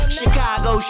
Chicago